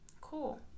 Cool